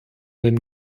den